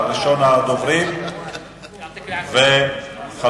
1730 ו-1736.